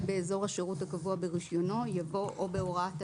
"באזור השירות הקבוע ברישיונו " יבוא "או בהוראת המינהל,